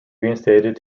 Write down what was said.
reinstated